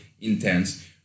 intense